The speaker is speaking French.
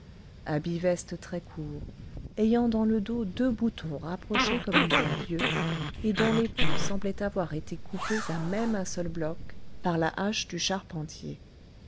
habits vestes très courts ayant dans le dos deux boutons rapprochés comme une paire d'yeux et dont les pans semblaient avoir été coupés à même un seul bloc par la hache du charpentier